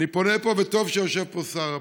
אני פונה פה, וטוב שיושב פה שר הפנים.